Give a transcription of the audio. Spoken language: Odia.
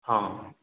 ହଁ